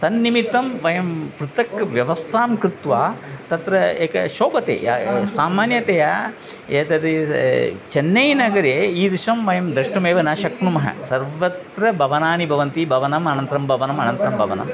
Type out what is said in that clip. तन्निमित्तं वयं पृथक् व्यवस्थां कृत्वा तत्र एकं शोभते यत् सामान्यतया एतद् चन्नैनगरे ईदृशं वयं दृष्टमेव न शक्नुमः सर्वत्र भवनानि भवन्ति भवनम् अनन्तरं भवनम् अनन्तरं भवनम्